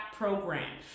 program